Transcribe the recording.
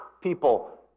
people